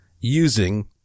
using